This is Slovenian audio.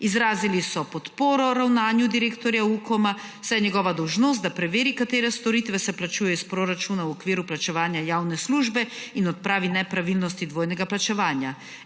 Izrazili so podporo ravnanju direktorja UKOM, saj njegova dolžnost, da preveri katere storitve se plačujejo iz proračuna v okviru plačevanja javne službe in odpravi nepravilnosti dvojnega plačevanja.